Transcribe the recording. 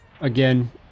again